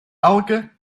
elke